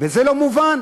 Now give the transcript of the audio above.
וזה לא מובן.